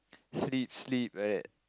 sleep sleep like that